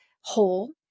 whole